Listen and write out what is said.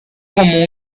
como